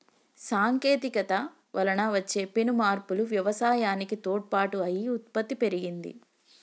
సాంకేతికత వలన వచ్చే పెను మార్పులు వ్యవసాయానికి తోడ్పాటు అయి ఉత్పత్తి పెరిగింది